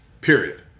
Period